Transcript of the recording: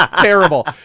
terrible